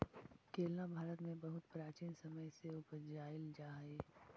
केला भारत में बहुत प्राचीन समय से उपजाईल जा हई